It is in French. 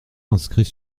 inscrit